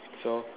so